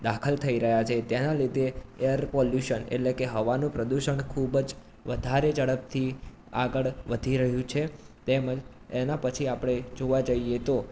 દાખલ થઈ રહ્યા છે તેના લીધે એર પોલ્યુશન એટલે કે હવાનું પ્રદુષણ ખૂબ જ વધારે ઝડપથી આગળ વધી રહ્યું છે તેમજ એના પછી આપણે જોવા જઈએ તો